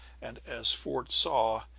and as fort saw,